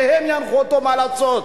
שהם ינחו אותו מה לעשות.